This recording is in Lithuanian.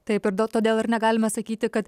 taip ir dėl todėl ir negalima sakyti kad